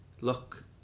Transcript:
look